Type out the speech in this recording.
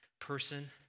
person